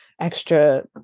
extra